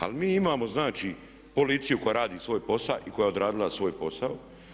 Ali mi imamo znači policiju koja radi svoj posao i koja je odradila svoj posao.